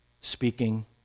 speaking